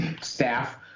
staff